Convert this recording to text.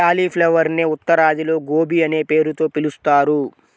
క్యాలిఫ్లవరునే ఉత్తరాదిలో గోబీ అనే పేరుతో పిలుస్తారు